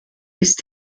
ist